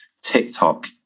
TikTok